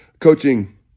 coaching